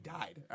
died